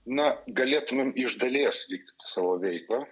na galėtumėm iš dalies vykdyti savo veiklą